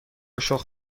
شخم